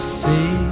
see